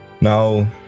now